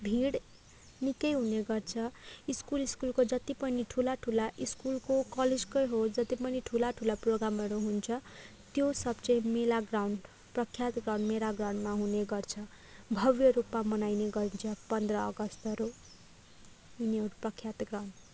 भिड निकै हुने गर्छ स्कुल स्कुलका जति पनि ठुला ठुला स्कुलको कलेजकै हो जति पनि ठुला ठुला प्रोगामहरू हुन्छ त्यो सब चाहिँ मेला ग्राउन्ड प्रख्यात ग्राउन्ड मेला ग्राउन्डमा हुने गर्छ भव्य रूपमा मनाइने गर्छ पन्ध्र अगस्टहरू यी हुन् प्रख्यात ग्राउन्ड